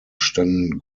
standen